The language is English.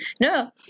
no